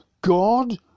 God